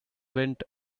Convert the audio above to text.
went